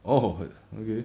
orh okay